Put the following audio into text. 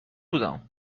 بودم